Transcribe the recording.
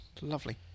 Lovely